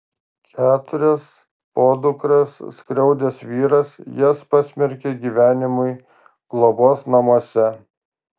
keturias podukras skriaudęs vyras jas pasmerkė gyvenimui globos namuose